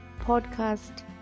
podcast